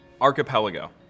Archipelago